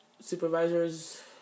supervisors